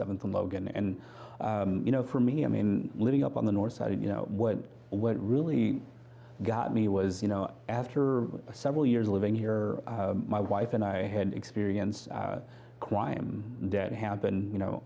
seven from logan and you know for me i mean living up on the north side you know what what really got me was you know after several years living here my wife and i had experience crime that happened you know